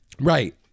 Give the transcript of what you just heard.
Right